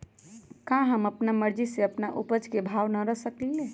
का हम अपना मर्जी से अपना उपज के भाव न रख सकींले?